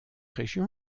région